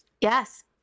Yes